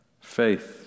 faith